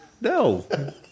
no